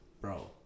Bro